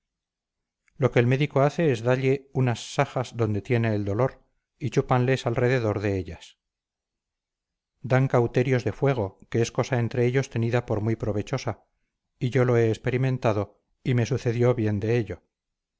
lo que el médico hace es dalle unas sajas adonde tiene el dolor y chúpanles alderredor de ellas dan cauterios de fuego que es cosa entre ellos tenida por muy provechosa y yo lo he experimentado y me sucedió bien de ello